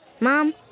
Mom